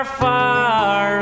far